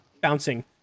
bouncing